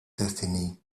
destiny